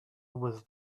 was